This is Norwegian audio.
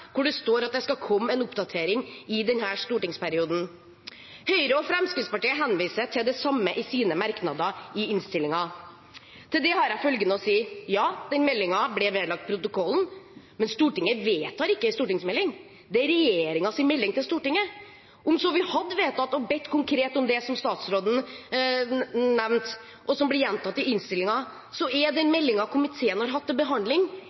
hvor det står at det skal komme en oppdatering i denne stortingsperioden. Høyre og Fremskrittspartiet henviser til det samme i sine merknader i innstillingen. Til dette har jeg følgende å si: Ja, denne meldingen ble vedlagt protokollen, men Stortinget vedtar ikke en stortingsmelding, det er regjeringens melding til Stortinget. Om vi så hadde vedtatt å be konkret om det som statsråden nevnte, og som blir gjentatt i innstillingen, er den meldingen komiteen har hatt til behandling,